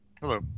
Hello